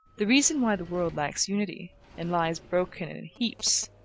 the reason why the world lacks unity and lies broken and in heaps,